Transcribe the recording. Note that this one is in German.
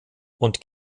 und